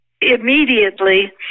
Immediately